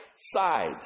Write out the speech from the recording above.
side